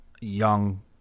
Young